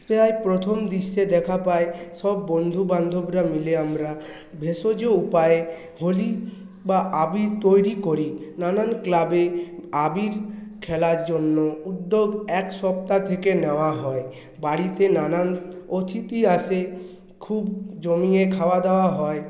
প্রায় প্রথম দৃশ্যে দেখা পাই সব বন্ধুবান্ধবরা মিলে আমরা ভেষজ উপায়ে হোলি বা আবির তৈরি করি নানান ক্লাবে আবির খেলার জন্য উদ্যোগ এক সপ্তাহ থেকে নেওয়া হয় বাড়িতে নানান অতিথি আসে খুব জমিয়ে খাওয়া দাওয়া হয়